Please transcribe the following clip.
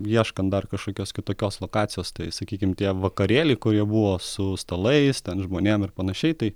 ieškant dar kažkokios kitokios lokacijos tai sakykim tie vakarėliai kurie buvo su stalais ten žmonėm ir panašiai tai